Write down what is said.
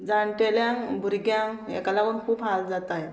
जाणटेल्यांक भुरग्यांक हेका लागोन खूब हाल जाताय